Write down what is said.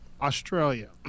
Australia